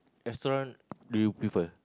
restaurant do you prefer